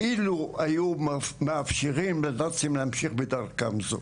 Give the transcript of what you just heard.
אילו היו מאפשרים לנאצים להמשיך בדרכם זו.